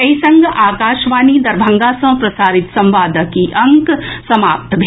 एहि संग आकाशवाणी दरभंगा सँ प्रसारित संवादक ई अंक समाप्त भेल